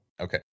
Okay